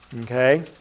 Okay